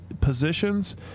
positions